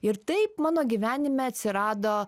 ir taip mano gyvenime atsirado